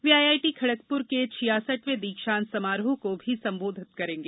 वे IIT Kharagpur के छियासठवें दीक्षांत समारोह को भी संबोधित करेंगे